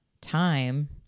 time